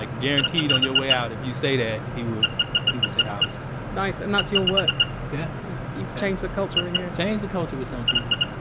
like guaranteed, on your way out, if you say that, and he would he would say the opposite nice. and that's your work. yeah you you changed the culture in here changed the culture with some people.